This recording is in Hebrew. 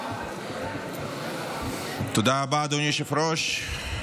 תודה רבה, אדוני היושב-ראש.